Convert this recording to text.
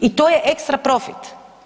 I to je ekstra profit.